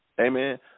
amen